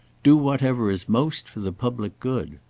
do whatever is most for the public good.